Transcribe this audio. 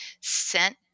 sent